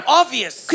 obvious